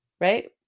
right